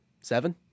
Seven